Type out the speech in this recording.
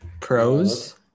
Pros